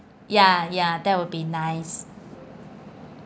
ya ya that would be nice